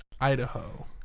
Idaho